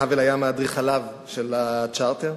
האוול היה מאדריכליו של הצ'רטר.